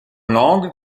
langue